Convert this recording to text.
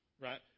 right